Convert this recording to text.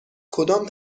کدام